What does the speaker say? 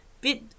bit